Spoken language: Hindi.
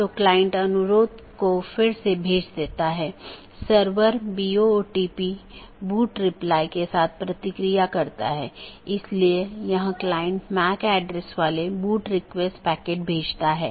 एक पारगमन AS में मल्टी होम AS के समान 2 या अधिक ऑटॉनमस सिस्टम का कनेक्शन होता है लेकिन यह स्थानीय और पारगमन ट्रैफिक दोनों को वहन करता है